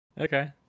Okay